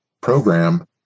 program